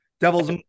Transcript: Devils